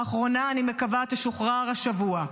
האחרונה, אני מקווה, תשוחרר השבוע.